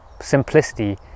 simplicity